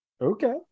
okay